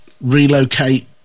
relocate